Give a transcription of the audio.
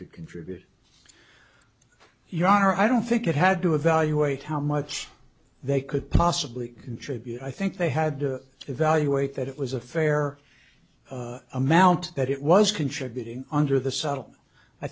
could contribute your honor i don't think it had to evaluate how much they could possibly contribute i think they had to evaluate that it was a fair amount that it was contributing under the saddle i